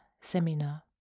seminar